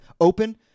open